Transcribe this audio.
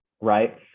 Right